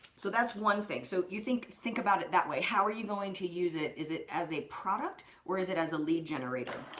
so that's one thing. so you think, think about it that way. how are you going to use it? is it as a product or is it as a lead generator?